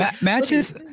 matches